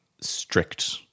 strict